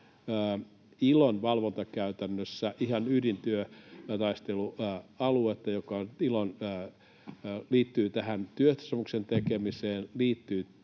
ILOn valvontakäytännössä ihan ydintyötaistelualuetta, joka liittyy tähän työehtosopimuksen tekemiseen, liittyy